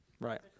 Right